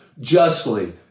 justly